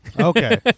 Okay